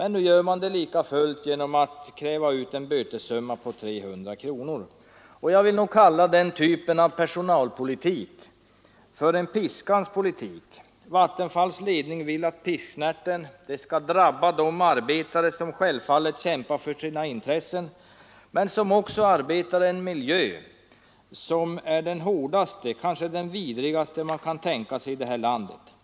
Nu gör man det likafullt genom att kräva ut en bötessumma på 300 kronor. Jag vill nog kalla den typen av personalpolitik för en piskans politik. Vattenfalls ledning vill att pisksnärten skall drabba de arbetare som självfallet kämpar för sina intressen men som också arbetar i en miljö som är den hårdaste, kanske den vidrigaste man kan tänka sig i det här landet.